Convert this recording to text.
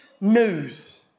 news